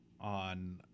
on